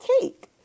cake